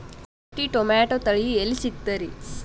ಗಟ್ಟಿ ಟೊಮೇಟೊ ತಳಿ ಎಲ್ಲಿ ಸಿಗ್ತರಿ?